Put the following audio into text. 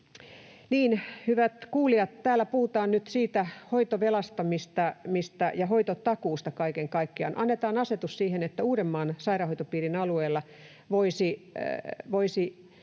hyvät kuulijat, täällä puhutaan nyt hoitovelasta ja hoitotakuusta kaiken kaikkiaan. Annetaan asetus siihen, että Uudenmaan sairaanhoitopiirin alueella ei